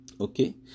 Okay